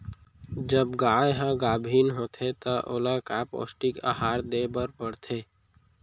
जब गाय ह गाभिन होथे त ओला का पौष्टिक आहार दे बर पढ़थे?